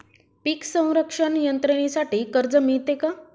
पीक संरक्षण यंत्रणेसाठी कर्ज मिळते का?